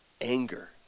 Anger